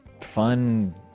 fun